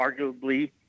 arguably